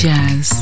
Jazz